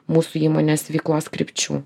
mūsų įmonės veiklos krypčių